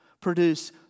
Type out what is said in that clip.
Produce